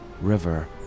river